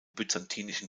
byzantinischen